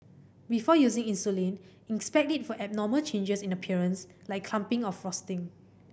before using insulin inspect it for abnormal changes in appearance like clumping or frosting